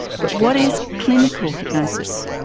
but what is clinical hypnosis?